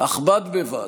אך בד בבד,